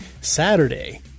Saturday